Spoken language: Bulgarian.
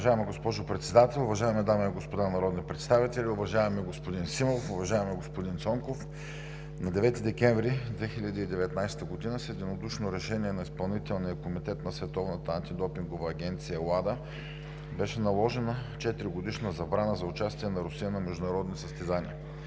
Уважаема госпожо Председател, уважаеми дами и господа народни представители! Уважаеми господин Симов, уважаеми господин Цонков, на 9 декември 2019 г. с единодушно Решение на Изпълнителния комитет на Световната антидопингова агенция WADA беше наложена четиригодишна забрана за участие на Русия на международни състезания.